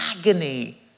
agony